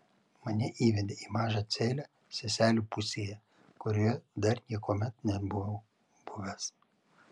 mane įvedė į mažą celę seselių pusėje kurioje dar niekuomet nebuvau buvęs